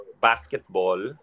basketball